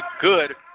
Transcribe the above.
good